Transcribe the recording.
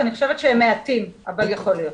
אני חושבת שהם מעטים, אבל יכול להיות.